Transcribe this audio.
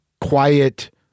quiet